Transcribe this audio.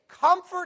comfort